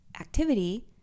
activity